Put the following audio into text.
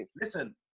listen